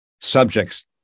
subjects